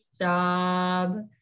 job